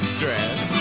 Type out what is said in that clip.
dress